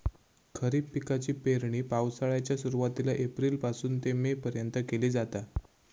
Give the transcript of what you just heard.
खरीप पिकाची पेरणी पावसाळ्याच्या सुरुवातीला एप्रिल पासून ते मे पर्यंत केली जाता